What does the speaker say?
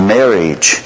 Marriage